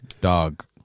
dog